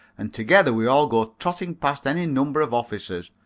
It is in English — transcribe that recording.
and together we all go trotting past any number of officers,